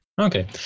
Okay